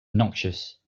noxious